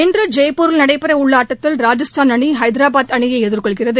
இன்று ஜெய்ப்பூரில் நடைபெறவுள்ள ஆட்டத்தில் ராஜஸ்தான் அணி ஹைதராபாத் அணியை எதிர்கொள்கிறது